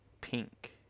Pink